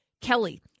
Kelly